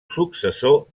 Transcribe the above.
successor